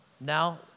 Now